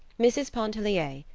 mrs. pontellier,